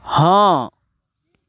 हँ